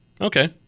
okay